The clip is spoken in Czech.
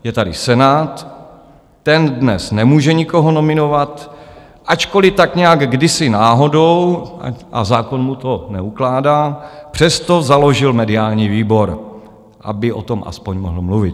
Je tady Senát, ten dnes nemůže nikoho nominovat, ačkoliv tak nějak kdysi náhodou, a zákon mu to neukládá, přesto založil mediální výbor, aby o tom aspoň mohl mluvit.